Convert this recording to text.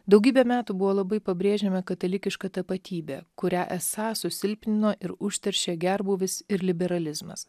daugybę metų buvo labai pabrėžiama katalikiška tapatybė kurią esą susilpnino ir užteršė gerbūvis ir liberalizmas